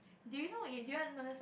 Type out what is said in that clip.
do you know if do you want to knows